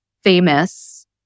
famous